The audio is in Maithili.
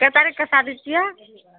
कए तारीख कऽ शादी छियै